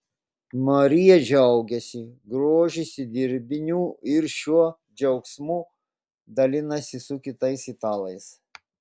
marija džiaugiasi grožisi dirbiniu ir šiuo džiaugsmu dalinasi su kitais italais